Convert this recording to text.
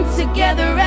together